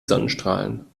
sonnenstrahlen